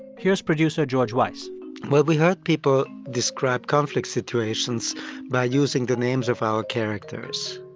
here's producer george weiss well, we heard people describe conflict situations by using the names of our characters.